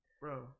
bro